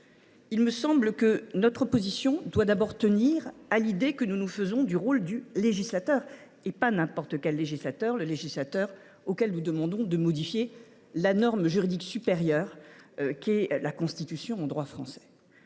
Il me semble que notre position doit d’abord tenir à l’idée que nous nous faisons du rôle du législateur – pas n’importe quel législateur : le législateur auquel nous demandons de modifier la norme juridique supérieure en droit français